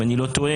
אם אני לא טועה,